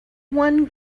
one